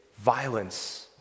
violence